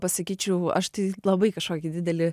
pasakyčiau aš tai labai kažkokį didelį